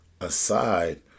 aside